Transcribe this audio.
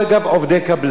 עובדי קבלן,